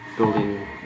building